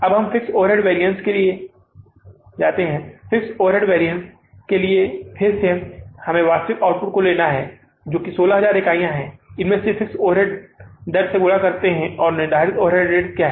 अब हम fixed overhead variance के लिए जाते हैं फिक्स्ड ओवरहेड वैरिअन्स के लिए फिर से है हमें वास्तविक आउटपुट लेना है 16000 इकाइयाँ इसे कुछ फिक्स्ड ओवरहेड दर से गुणा करती हैं और निर्धारित ओवरहेड रेट क्या है